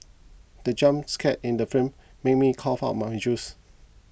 the jump scare in the film made me cough out my juice